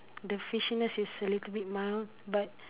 the fishiness is a little bit mild but